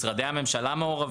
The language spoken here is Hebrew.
משרדי הממשלה מעורבים.